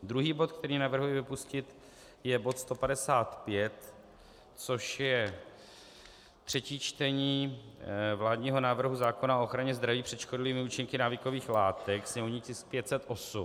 Druhý bod, který navrhuji vypustit, je bod 155, což je třetí čtení vládního návrhu zákona o ochraně zdraví před škodlivými účinky návykových látek, sněmovní tisk 508.